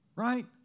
right